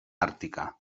àrtica